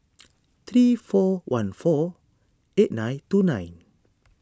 three four one four eight nine two nine